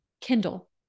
Kindle